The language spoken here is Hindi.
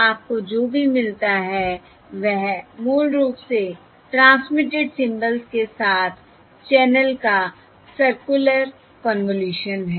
आपको जो भी मिलता है वह मूल रूप से ट्रांसमिटेड सिम्बल्स के साथ चैनल का सर्कुलर कन्वॉल्यूशन है